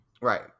Right